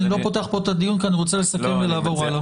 אני לא פותח פה את הדיון כי אני רוצה לסכם ולעבור הלאה.